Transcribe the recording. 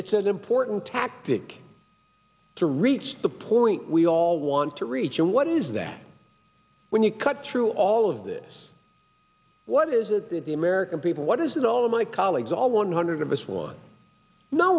it's as important tactic to reach the point we all want to reach and what is that when you cut through all of this what is it that the american people what is with all of my colleagues all one hundred of us one no